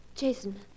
Jason